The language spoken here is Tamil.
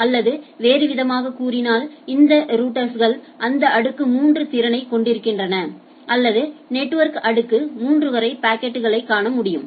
அல்லது வேறுவிதமாகக் கூறினால் இந்த ரௌட்டர்ஸ் கள் அந்த அடுக்கு 3 திறனைக் கொண்டிருக்கின்றன அல்லது நெட்வொர்க் அடுக்கு 3 வரை பாக்கெட்டைக் காண முடியும்